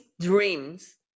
dreams